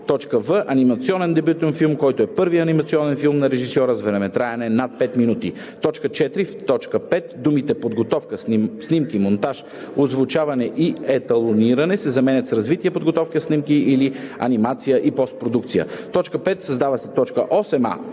в) „анимационен дебютен филм“, който е първи анимационен филм на режисьора с времетраене над 5 минути.“ 4. В т. 5 думите „подготовка, снимки, монтаж, озвучаване и еталониране“ се заменят с „развитие, подготовка, снимки или анимация и постпродукция“. 5. Създава се т. 8а: